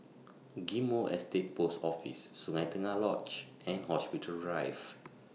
Ghim Moh Estate Post Office Sungei Tengah Lodge and Hospital Drive